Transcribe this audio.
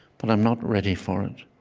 but i'm not ready for it.